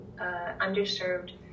underserved